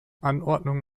anordnung